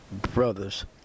brother's